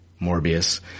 Morbius